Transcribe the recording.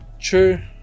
true